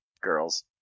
Girls